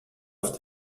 auf